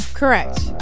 Correct